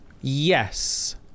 Yes